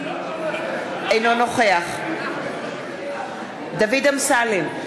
אינו נוכח דוד אמסלם,